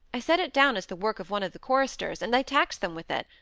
i set it down as the work of one of the choristers, and i taxed them with it.